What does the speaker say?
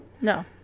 No